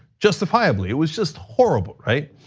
justifiably it was just horrible, right?